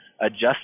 adjust